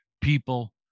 people